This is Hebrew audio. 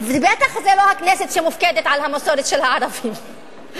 ובטח שלא הכנסת מופקדת על המסורת של הערבים,